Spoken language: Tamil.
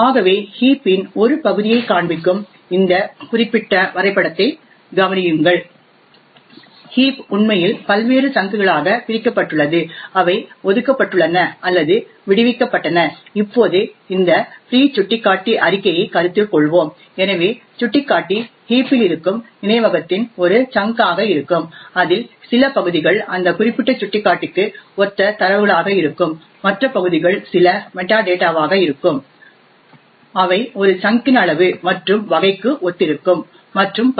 ஆகவே ஹீப் இன் ஒரு பகுதியைக் காண்பிக்கும் இந்த குறிப்பிட்ட வரைபடதை கவனியுங்கள் ஹீப் உண்மையில் பல்வேறு சங்க்குகளாகப் பிரிக்கப்பட்டுள்ளது அவை ஒதுக்கப்பட்டுள்ளன அல்லது விடுவிக்கப்பட்டன இப்போது இந்த ஃப்ரீ சுட்டிக்காட்டி அறிக்கையை கருத்தில் கொள்வோம் எனவே சுட்டிக்காட்டி ஹீப் இல் இருக்கும் நினைவகத்தின் ஒரு சங்க் ஆக இருக்கும் அதில் சில பகுதிகள் அந்த குறிப்பிட்ட சுட்டிக்காட்டிக்கு ஒத்த தரவுகளாக இருக்கும் மற்ற பகுதிகள் சில மெட்டாடேட்டாவாக இருக்கும் அவை ஒரு சங்க் இன் அளவு மற்றும் வகைக்கு ஒத்திருக்கும் மற்றும் பல